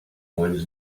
winds